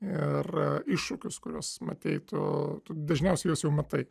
ir iššūkius kuriuos matei tu dažniausiai juos jau matai